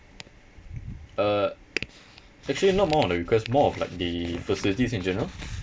uh actually not more on the request more of like the facilities in general